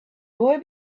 boy